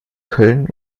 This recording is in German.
köln